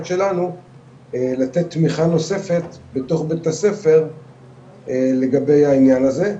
שלנו לתת תמיכה נוספת בתוך בית הספר לגבי העניין הזה,